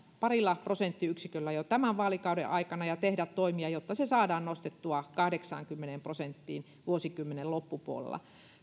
parilla prosenttiyksiköllä jo tämän vaalikauden aikana ja tehdä toimia jotta se saadaan nostettua kahdeksaankymmeneen prosenttiin vuosikymmenen loppupuolella